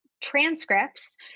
transcripts